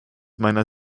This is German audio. meiner